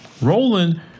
Roland